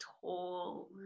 tall